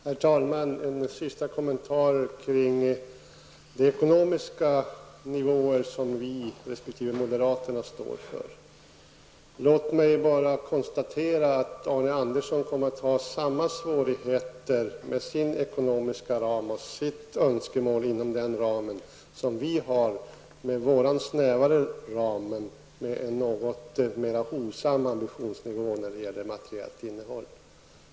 Herr talman! En sista kommentar till de ekonomiska nivåer som vi resp. moderaterna står för. Låt mig bara konstatera att Arne Andersson i Ljung kommer att ha samma svårigheter med sin ekonomiska ram och med sina önskemål inom den ramen som vi har inom vår snävare ram, men med en något mera hovsam ambitionsnivå när det gäller det materiella innehållet.